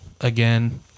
again